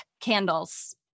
candles